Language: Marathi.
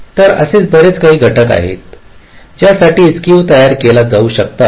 तर असे बरेच घटक आहेत ज्यासाठी स्केव तयार केले जाऊ शकतात